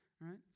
right